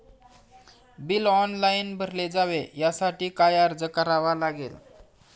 Bill online भरले जावे यासाठी काय अर्ज करावा लागेल?